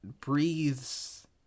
breathes